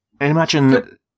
imagine